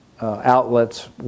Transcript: outlets